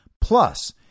plus